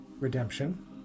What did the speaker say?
Redemption